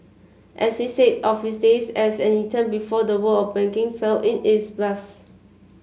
as he said of his days as an intern before the world of banking fell in it's a blast